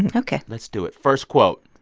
and ok let's do it. first quote.